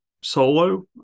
solo